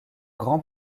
grand